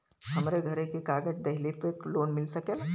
हमरे घरे के कागज दहिले पे लोन मिल सकेला?